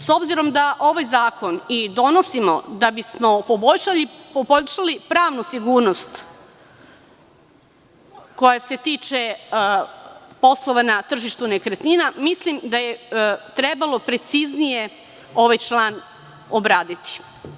S obzirom da ovaj zakon i donosimo da bismo poboljšali pravnu sigurnost koja se tiče poslova na tržištu nekretnina, mislim da je trebalo preciznije ovaj član obraditi.